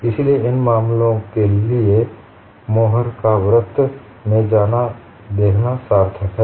इसलिए इन मामलों के लिए मोह्रस के वृत्त Mohr's circle में जाना और देखना सार्थक है